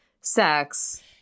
sex